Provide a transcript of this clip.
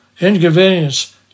Inconvenience